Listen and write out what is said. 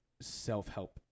self-help